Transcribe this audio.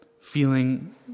feeling